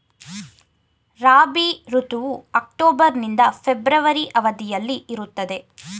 ರಾಬಿ ಋತುವು ಅಕ್ಟೋಬರ್ ನಿಂದ ಫೆಬ್ರವರಿ ಅವಧಿಯಲ್ಲಿ ಇರುತ್ತದೆ